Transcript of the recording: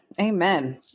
Amen